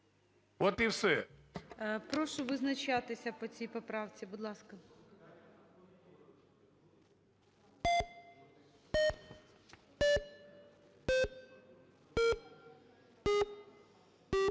ГОЛОВУЮЧИЙ. Прошу визначатися по цій поправці, будь ласка.